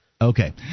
Okay